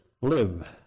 live